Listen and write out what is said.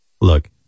look